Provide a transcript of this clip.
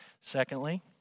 Secondly